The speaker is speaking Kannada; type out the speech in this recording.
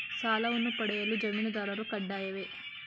ಸಾಲವನ್ನು ಪಡೆಯಲು ಜಾಮೀನುದಾರರು ಕಡ್ಡಾಯವೇ?